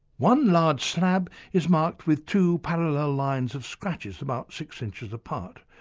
one large slab is marked with two parallel lines of scratches about six inches apart.